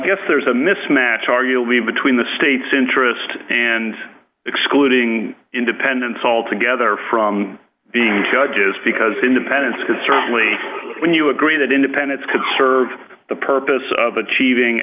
guess there's a mismatch are you leave between the state's interest and excluding independence altogether from being judges because independents can certainly when you agree that independence could serve the purpose of achieving